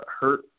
hurt